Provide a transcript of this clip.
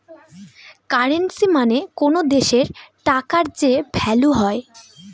currency মানে কোনো দেশের টাকার যে ভ্যালু হয়